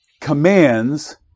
commands